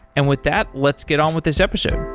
and with that, let's get on with this episode.